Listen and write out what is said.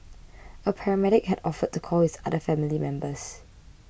a paramedic had offered to call his other family members